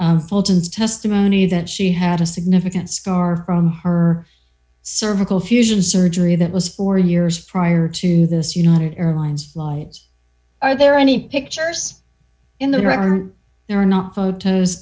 fulton's testimony that she had a significant scar from her cervical fusion surgery that was four years prior to this united airlines flights are there any pictures in there are there are not photos